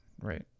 right